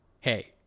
hey